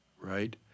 right